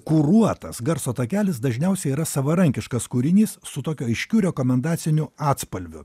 kuruotas garso takelis dažniausiai yra savarankiškas kūrinys su tokiu aiškiu rekomendaciniu atspalviu